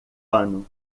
ano